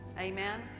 Amen